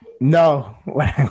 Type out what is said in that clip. No